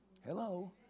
hello